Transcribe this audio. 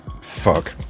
fuck